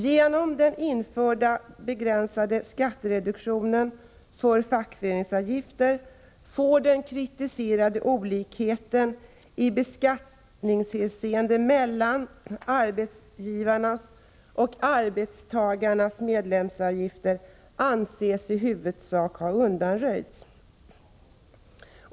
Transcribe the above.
Genom den införda, begränsade skattereduktionen för fackföreningsavgift får den kritiserade olikheten i beskattningshänseende mellan arbetsgivarnas och arbetstagarnas medlemsavgifter anses i huvudsak ha undanröjts.